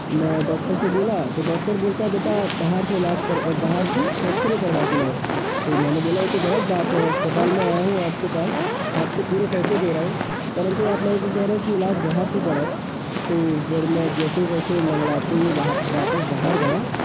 मैं डॉक्टर से बोला तो डॉक्टर बोलता है बेटा बाहर से इलाज करो बाहर से एक्स रे करवा के लाओ तो मैंने बोला ये तो गलत बात है अस्पताल में आया हूँ आपके पास आपको पूरे पैसे दे रहा हूँ परंतु आप मेरे को कह रहे हो कि इलाज बाहर से कराओ तो फिर मैं जैसे तैसे लंगड़ाते हुए वापस बाहर गया